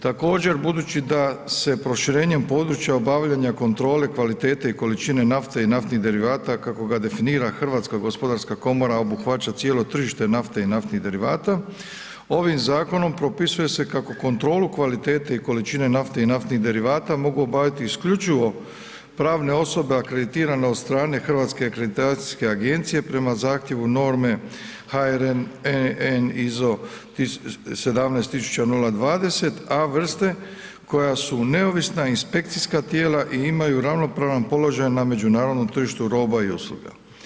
Također, budući da se proširenjem područja obavljanja kontrole, kvalitete i količine nafte i naftnih derivata kako ga definira Hrvatska gospodarska komora obuhvaća cijelo tržište nafte i naftnih derivata ovim zakonom propisuje se kako kontrolu kvalitete i količine nafte i naftnih derivata mogu obaviti isključivo pravne osobe akreditirane od strane Hrvatske akreditacijske agencije prema zahtjevu norme HRN EN ISO 17000020 A vrste koja su neovisna inspekcijska tijela i imaju ravnopravan položaj na međunarodnom tržištu roba i usluga.